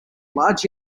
large